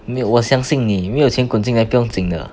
没有我相信你没有钱滚进来不用紧的